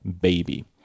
baby